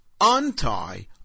untie